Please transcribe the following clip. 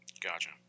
Gotcha